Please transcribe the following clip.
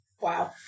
Wow